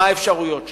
מה האפשרויות שלה.